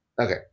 Okay